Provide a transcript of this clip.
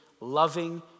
loving